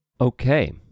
okay